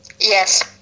Yes